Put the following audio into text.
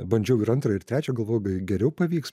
bandžiau ir antrą ir trečią galvoju bei geriau pavyks